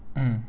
mm